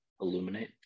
illuminate